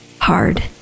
hard